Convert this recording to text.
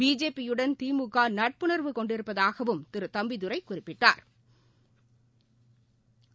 BJP யுடன் திமுகநட்புணா்வு கொண்டிருப்பதாகவும் திருதம்பிதுரைகுறிப்பிட்டாா்